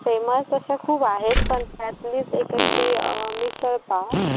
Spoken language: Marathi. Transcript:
फेमस तशा खूप आहेत पण त्यातलीच एक अशी मिसळपाव